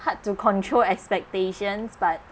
hard to control expectations but